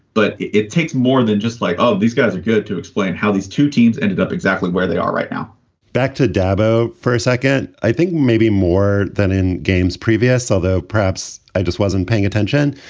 but it it takes more than just like, oh, these guys are good to explain how these two teams ended up exactly where they are right now back to dabo for a second. i think maybe more than in games previous, although perhaps i just wasn't paying attention.